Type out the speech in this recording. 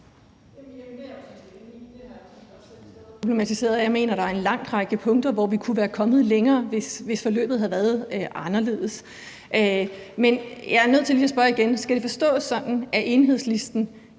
Jeg mener, at der er en lang række punkter, hvor vi kunne være kommet længere, hvis forløbet havde været anderledes. Men jeg er nødt til lige at spørge igen: Skal det forstås sådan, at Enhedslisten